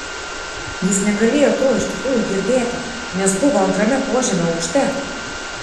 jis negalėjo to iš tikrųjų girdėti nes buvo antrame požemio aukšte